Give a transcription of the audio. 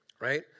right